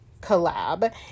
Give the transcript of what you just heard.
collab